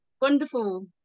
wonderful